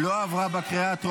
לא נתקבלה.